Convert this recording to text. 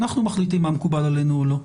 אנחנו מחליטים מה מקובל עלינו או לא.